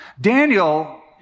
Daniel